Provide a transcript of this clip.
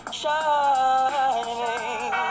shining